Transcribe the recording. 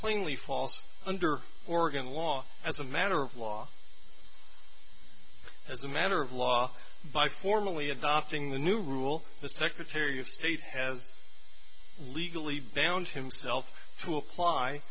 plainly false under oregon law as a matter of law as a matter of law by formally adopting the new rule the secretary of state has legally bound himself to